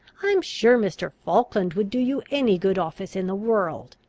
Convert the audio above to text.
i am sure mr. falkland would do you any good office in the world